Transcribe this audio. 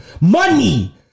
money